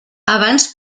abans